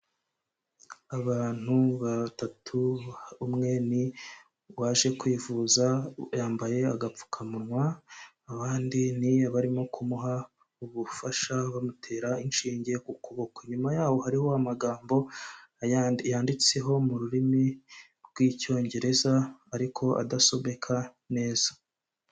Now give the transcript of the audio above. Abantu batatu umwe ni uwaje kwivuza yambaye agapfukamunwa, abandi ni abarimo kumuha ubufasha bamutera inshinge ku kuboko. Inyuma yaho hariho amagambo yanditseho mu rurimi rw'icyongereza ariko adasomeka neza.